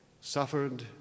suffered